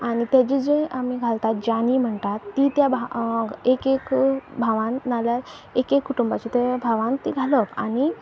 आनी ते ताजे जी आमी घालतात जानी म्हणटात ती त्या भाव एक भावान नाल्यार एक एक कुटुंबाचे ते भावान ती घालप आनी